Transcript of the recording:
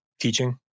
teaching